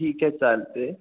ठीक आहे चालते